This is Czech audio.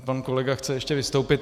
Pan kolega chce ještě vystoupit.